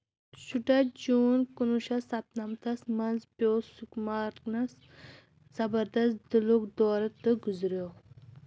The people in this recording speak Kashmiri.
شُراہ چوٗن کُنہٕ وُہ شَتھ سَتہٕ نَمَتھ تس منٛز پیو سُکمارنس زبردست دِلٗك دورٕ تہٕ گُزریٛوو